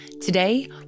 Today